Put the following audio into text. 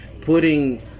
putting